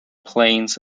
plains